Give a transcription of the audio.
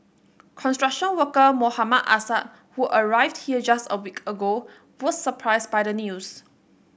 construction worker Mohammad Assad who arrived here just a week ago was surprised by the news